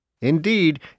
Indeed